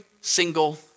single